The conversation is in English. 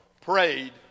prayed